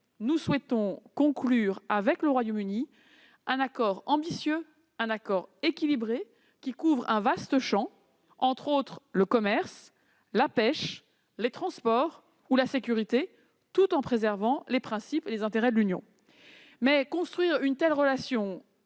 nous souhaitons conclure avec le Royaume-Uni un accord ambitieux et équilibré qui couvre un vaste champ- entre autres, le commerce, la pêche, les transports ou la sécurité -, tout en préservant les principes et les intérêts de l'Union. Construire une telle relation